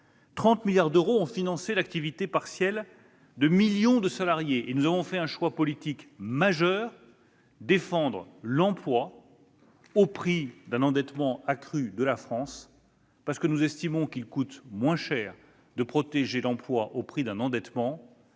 30 milliards d'euros ont financé l'activité partielle de millions de salariés. Nous avons fait un choix politique majeur : défendre l'emploi au prix d'un endettement accru de la France, parce que nous estimons qu'il coûte moins cher de protéger l'emploi au prix d'un endettement